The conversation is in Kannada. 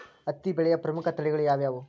ಹತ್ತಿ ಬೆಳೆಯ ಪ್ರಮುಖ ತಳಿಗಳು ಯಾವ್ಯಾವು?